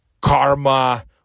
karma